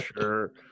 sure